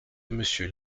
monsieur